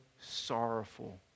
sorrowful